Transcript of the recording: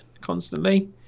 constantly